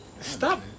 Stop